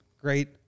Great